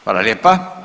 Hvala lijepa.